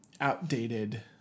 outdated